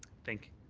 thank